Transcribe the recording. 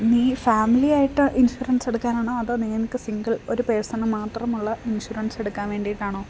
നീ ഫാമിലിയായിട്ട് ഇൻഷുറൻസ് എടുക്കാനാണോ അതോ നിനക്ക് സിംഗിൾ ഒരു പേഴ്സണ് മാത്രമുള്ള ഇൻഷുറൻസ് എടുക്കാൻ വേണ്ടിയിട്ടാണോ